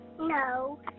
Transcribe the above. No